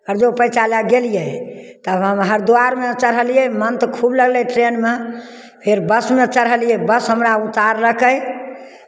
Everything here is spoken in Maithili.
कर्जो पैँचा लए कऽ गेलियै तब हम हरिद्वारमे चढ़लियै मन तऽ खूब लगलै ट्रेनमे फेर बसमे चढ़लियै बस हमरा उतारलकै